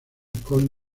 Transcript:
con